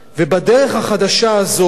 ובדרך החדשה הזו,